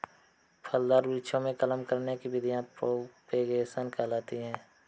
फलदार वृक्षों में कलम करने की विधियां प्रोपेगेशन कहलाती हैं